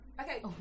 Okay